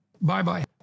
Bye-bye